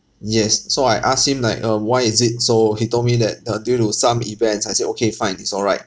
yes so I asked him like um why is it so he told me that uh due to some events I said okay fine it's all right